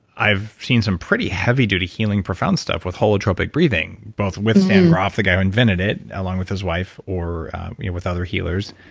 i've seen some pretty heavy duty healing profound stuff with holotropic breathing, both with stan grof, the guy who invented it, along with his wife or you know with other healers.